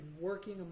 working